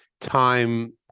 time